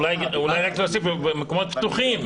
אולי רק נוסיף: במקומות פתוחים.